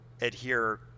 adhere